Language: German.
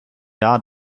jahr